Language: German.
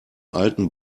alten